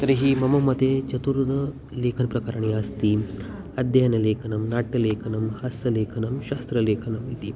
तर्हि मम मते चतुरः लेखनप्रकाराणी अस्ति अध्ययनलेखनं नाट्यलेखनं हस्तलेखनं शास्त्रलेखनम् इति